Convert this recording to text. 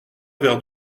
vers